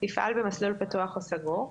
תפעל במסלול פתוח או סגור,